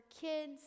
kids